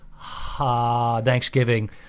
Thanksgiving